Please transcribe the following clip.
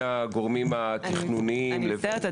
הגורמים התכנוניים לבין --- אני מצטערת,